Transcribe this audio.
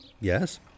Yes